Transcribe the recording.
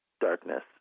darkness